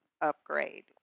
upgrade